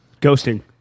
Ghosting